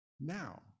now